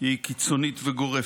היא קיצונית וגורפת.